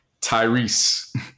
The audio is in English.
Tyrese